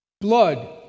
Blood